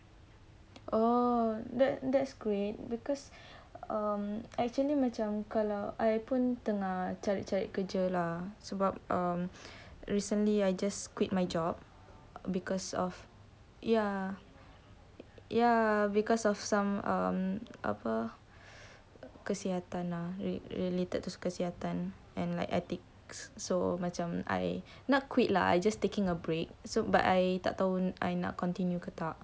oh that's that's great because um actually macam kalau I pun tengah cari-cari kerja lah sebab um recently I just quit my job because of ya ya because of some um apa kesihatan ah related to kesihatan um ethics so macam I not quit lah I taking a break so but I tak tahu I nak continue ke tak